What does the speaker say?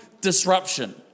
disruption